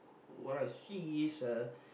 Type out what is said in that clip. what I seeing is uh